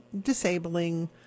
disabling